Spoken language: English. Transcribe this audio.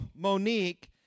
Monique